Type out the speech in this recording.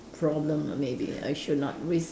problem lah maybe I should not risk